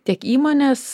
tiek įmonės